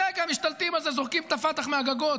ברגע משתלטים על זה, זורקים את הפת"ח מהגגות.